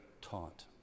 taught